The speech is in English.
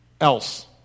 else